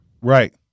Right